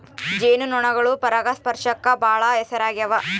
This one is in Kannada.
ಜೇನು ನೊಣಗಳು ಪರಾಗಸ್ಪರ್ಶಕ್ಕ ಬಾಳ ಹೆಸರಾಗ್ಯವ